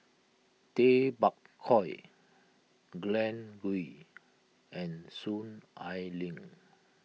Tay Bak Koi Glen Goei and Soon Ai Ling